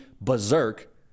berserk